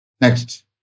Next